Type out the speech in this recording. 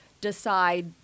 decide